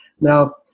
now